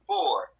four